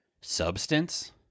substance